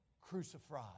crucified